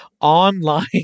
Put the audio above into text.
online